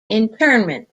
interment